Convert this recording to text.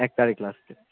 এক তাৰিখ last date